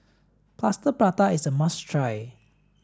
plaster prata is a must try